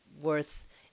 worth